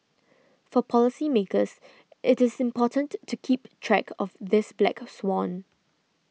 for policymakers it is important to keep track of this black swan